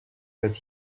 that